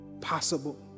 possible